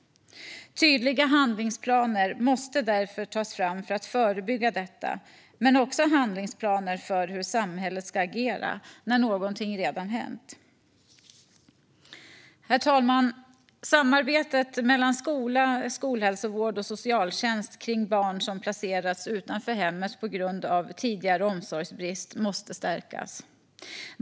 Tydliga handlingsplaner för att förebygga detta måste därför tas fram, men också handlingsplaner för hur samhället ska agera när någonting redan har hänt. Herr talman! Samarbetet mellan skola, skolhälsovård och socialtjänst kring barn som placerats utanför hemmet på grund av tidigare omsorgsbrist måste stärkas.